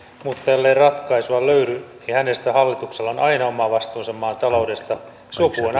mutta ellei ratkaisua löydy niin hänestä hallituksella on aina oma vastuunsa maan taloudesta sopu